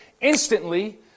Instantly